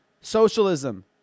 Socialism